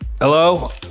Hello